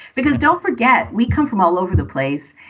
because don't forget, we come from all over the place.